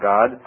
God